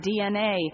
DNA